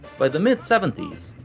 by the mid-seventies,